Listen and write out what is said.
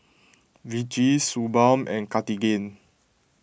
Vichy Suu Balm and Cartigain